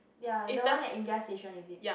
ya the one at the Imbiah station is it